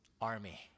army